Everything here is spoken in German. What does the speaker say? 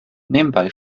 nebenbei